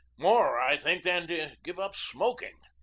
more, i think, than to give up smoking.